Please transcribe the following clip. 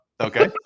Okay